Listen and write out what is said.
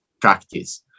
practice